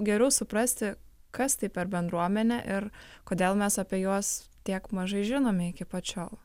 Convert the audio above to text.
geriau suprasti kas tai per bendruomenė ir kodėl mes apie juos tiek mažai žinome iki pat šiol